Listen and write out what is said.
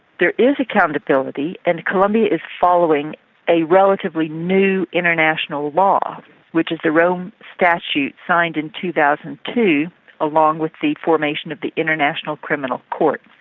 there is accountability, and colombia is following a relatively new international law which is the rome statute signed in two thousand and two along with the formation of the international criminal court,